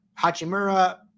Hachimura